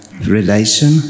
relation